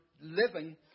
living